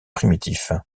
primitif